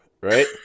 right